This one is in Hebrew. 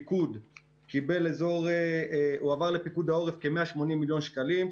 הועברו לפיקוד העורף כ-180 מיליון שקלים.